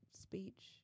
speech